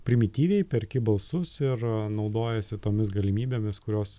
primityviai perki balsus ir naudojiesi tomis galimybėmis kurios